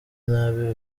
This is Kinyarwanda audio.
nabi